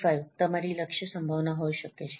95 તમારી લક્ષ્ય સંભાવના હોઈ શકે છે